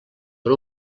per